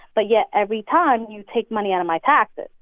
but yet, every time, you take money out of my taxes.